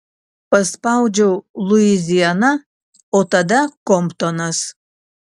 paspaudžiau luiziana o tada komptonas